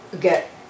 get